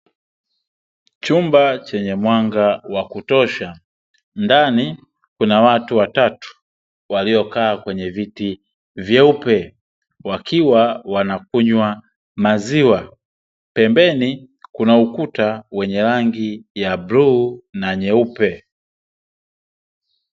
Chumba chenye mwanga wa kutosha, ndani kuna watu watatu waliokaa kwenye viti vyeupe wakiwa wanakunywa maziwa. Pembeni kuna ukuta wenye rangi ya bluu na nyeupe.